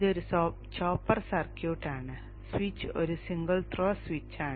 ഇതൊരു chopper circuit ആണ് switch ഒരു സിംഗിൾ ത്രോ സ്വിച്ചാണ്